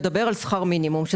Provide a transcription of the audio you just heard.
מדבר על שכר מינימום, שהוא